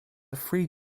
free